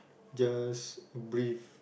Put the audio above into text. just breathe